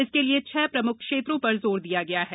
इसके लिए छह प्रम्ख क्षेत्रों पर जोर दिया गया है